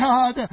God